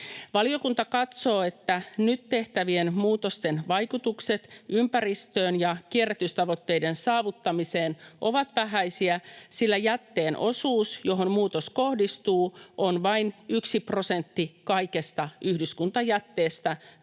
Valiokunta katsoo, että nyt tehtävien muutosten vaikutukset ympäristöön ja kierrätystavoitteiden saavuttamiseen ovat vähäisiä, sillä sen jätteen osuus, johon muutos kohdistuu, on vain yksi prosentti kaikesta yhdyskuntajätteestä, noin